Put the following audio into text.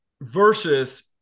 versus